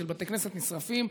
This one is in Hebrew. של בתי כנסת נשרפים,